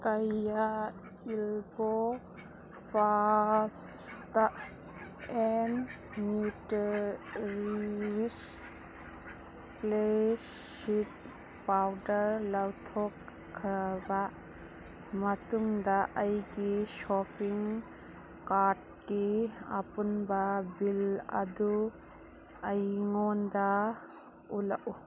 ꯀꯌꯥꯠ ꯏꯜꯄꯣ ꯄꯥꯁꯇꯥ ꯑꯦꯟ ꯅ꯭ꯌꯨꯇꯔꯋꯤꯁ ꯄ꯭ꯂꯦ ꯁꯤꯠ ꯄꯥꯎꯗꯔ ꯂꯧꯊꯣꯛꯈ꯭ꯔꯕ ꯃꯇꯨꯡꯗ ꯑꯩꯒꯤ ꯁꯣꯄꯤꯡ ꯀꯥꯔꯠꯀꯤ ꯑꯄꯨꯟꯕ ꯕꯤꯜ ꯑꯗꯨ ꯑꯩꯉꯣꯟꯗ ꯎꯠꯂꯛꯎ